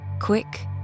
quick